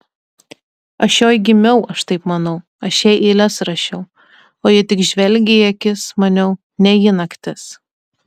aš joj gimiau aš taip manau aš jai eiles rašiau o ji tik žvelgė į akis maniau ne ji naktis